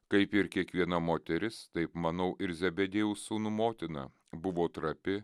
kaip ir kiekviena moteris taip manau ir zebediejaus sūnų motina buvo trapi